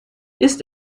ist